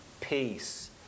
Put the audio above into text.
Peace